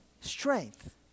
strength